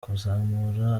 kuzamura